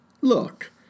Look